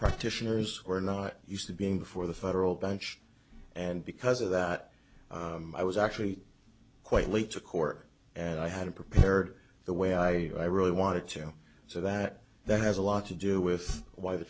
practitioners are not used to being before the federal bench and because of that i was actually quite late to court and i had prepared the way i really wanted to so that that has a lot to do with why the